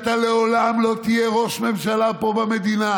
אתה לעולם לא תהיה ראש ממשלה פה במדינה,